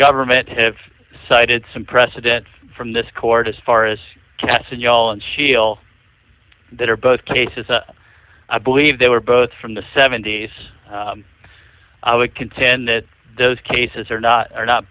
government have cited some precedents from this court as far as cas and y'all and she'll that are both cases i believe they were both from the seventy's i would contend that those cases are not are not